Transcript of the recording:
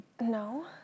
No